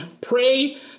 pray